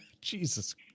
Jesus